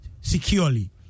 securely